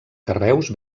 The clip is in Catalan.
carreus